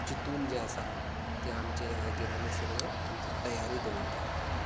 चिंतून जें आसा तें आमचें ह्या हेजेर आमी सगळे आमची तयारी दवरता